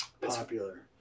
popular